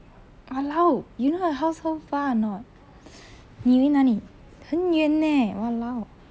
!walao! you know her house how far or not 你以为哪里很远 leh !walao!